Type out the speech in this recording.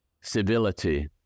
civility